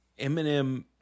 Eminem